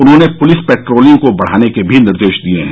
उन्होंने police patrolling को बढ़ाने के भी निर्देश दिये हैं